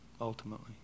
ultimately